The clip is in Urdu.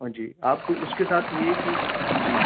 ہاں جی آپ اس کے ساتھ یہ ہے کہ جی